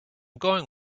going